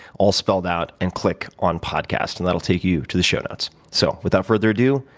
all spelled out, and click on podcast. and that will take you to the show notes. so without further ado,